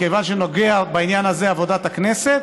מכיוון שנוגעת בעניין הזה עבודת הכנסת